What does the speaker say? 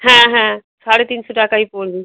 হ্যাঁ হ্যাঁ সাড়ে তিনশো টাকাই পড়বে